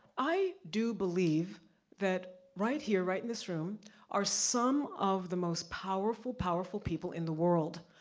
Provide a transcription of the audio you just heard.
i do believe that, right here, right in this room are some of the most powerful, powerful people in the world.